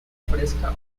fresca